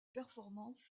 performances